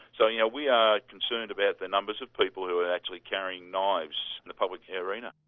so yeah we are concerned about the numbers of people who are actually carrying knives in the public yeah arena.